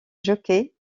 jockeys